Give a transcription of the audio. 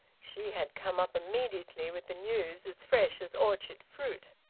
she had come up immediately with the news as fresh as orchard fruit.